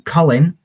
Colin